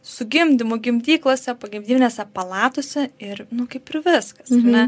su gimdymu gimdyklose pogimdyvinėse palatose ir nu kaip ir viskas ar ne